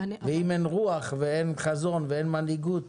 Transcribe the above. ואם אין רוח ואין חזון ואין מנהיגות